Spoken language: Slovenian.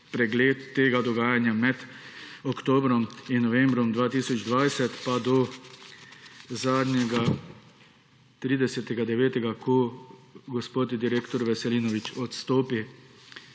pregled tega dogajanja med oktobrom in novembrom 2020 pa do zadnjega 30. 9., ko gospod direktor Veselinović odstopi